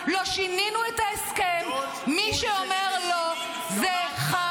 זו עז, לא, זו לא עז -- זה חדש.